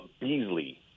Beasley